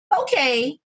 Okay